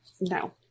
No